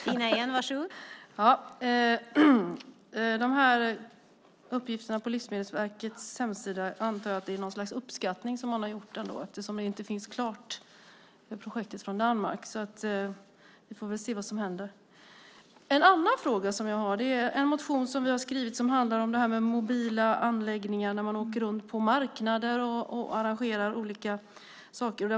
Fru talman! Jag antar att uppgifterna på Livemedelsverkets hemsida är någon uppskattning som man har gjort eftersom projektet från Danmark inte är klart. Vi får väl se vad som händer. Jag har en annan fråga. Vi har skrivit en motion som handlar om mobila anläggningar när man åker runt på marknader och arrangerar olika saker.